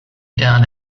done